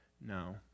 No